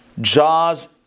jaws